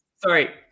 Sorry